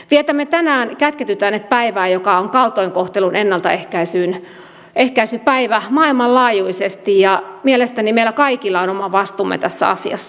vietämme tänään kätketyt äänet päivää joka on kaltoinkohtelun ennaltaehkäisypäivä maailmanlaajuisesti ja mielestäni meillä kaikilla on oma vastuumme tässä asiassa